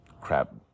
Crap